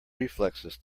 reflexes